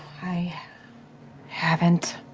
i haven't.